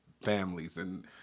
families—and